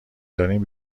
دارین